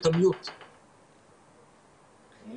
בנושא תרבותי,